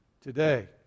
today